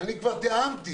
אני כבר תיאמתי,